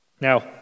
Now